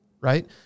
right